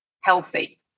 healthy